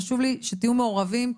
ועל אימא שאומרת לבת הקטנה שלה: